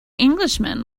englishman